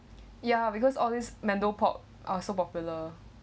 ya because all these mandopop are so popular